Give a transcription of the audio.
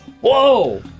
Whoa